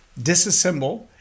disassemble